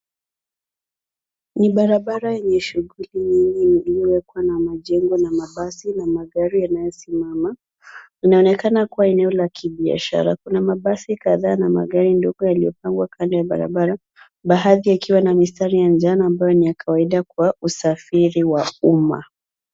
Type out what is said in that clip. Ni barabara yenye shuguli nyingi iliyokuwa na majengo na mabasi na magari yanayosimama. Inaonekana kuwa eneo la kibiashara. Kuna mabasi kadhaa na magari ndogo yaliyopangwa kando ya barabara, baadhi yakiwa na mistari ya njano ambayo ni ya kawaida kwa usafiri wa umma.